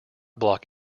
block